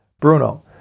Bruno